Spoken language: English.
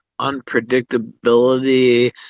unpredictability